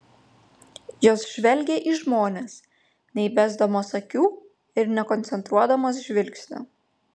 jos žvelgia į žmones neįbesdamos akių ir nekoncentruodamos žvilgsnio